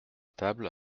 table